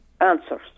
answers